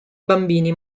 bambini